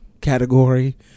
category